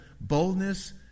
boldness